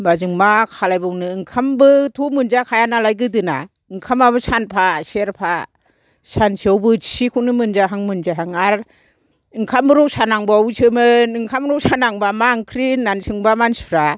ओमबा जों मा खालायबावनो ओंखामबोथ' मोनजाखाया नालाय गोदोना ओंखामाबो सानफा सेरफा सानसेयाव बोथिसेखौनो मोनजाहां मोनजायाहां आरो ओंखाम रसा नांबावोसोमोन ओंखाम रसा नांबा मा ओंख्रि होनना सोंबा मानसिफ्रा